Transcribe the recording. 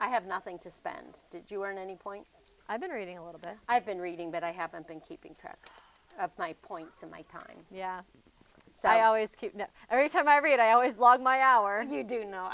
i have nothing to spend did you learn any point i've been reading a little bit i've been reading but i haven't been keeping track of my points and my time yeah i always keep every time i read i always log my hour and you do know